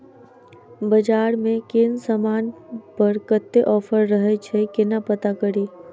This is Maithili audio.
बजार मे केँ समान पर कत्ते ऑफर रहय छै केना पत्ता कड़ी?